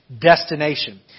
destination